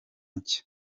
nshya